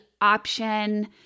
option